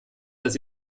dass